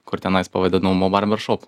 kur tenais pavadinau mo barber shop